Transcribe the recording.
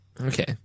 Okay